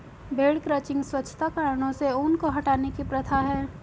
भेड़ क्रचिंग स्वच्छता कारणों से ऊन को हटाने की प्रथा है